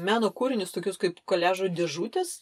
meno kūrinius tokius kaip koliažų dėžutės